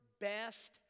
best